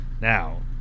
Now